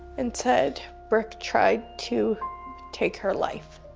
and said brooke tried to take her life.